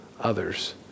others